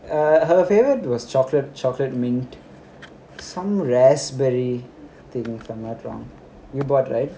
err her favourite was chocolate chocolate mint some raspberry thing if I'm not wrong you bought right